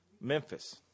Memphis